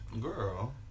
Girl